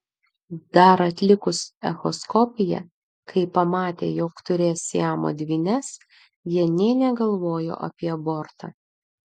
dar atlikus echoskopiją kai pamatė jog turės siamo dvynes jie nė negalvojo apie abortą